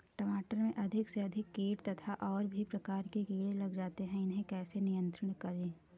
टमाटर में अधिक से अधिक कीट तथा और भी प्रकार के कीड़े लग जाते हैं इन्हें कैसे नियंत्रण करें?